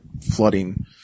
flooding